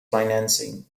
financing